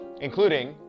including